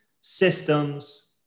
systems